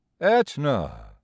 Etna